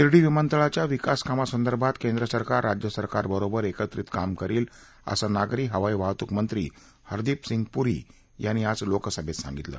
शिर्डी विमानतळाच्या विकासकामासंदर्भात केंद्रसरकार राज्य सरकारबरोबर एकत्रित काम करील असं नागरी हवाई वाहतूक मंत्री हरदीप सिंह पुरी यांनी आज लोकसभेत सांगितलं